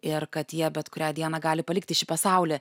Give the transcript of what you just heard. ir kad jie bet kurią dieną gali palikti šį pasaulį